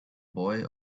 boy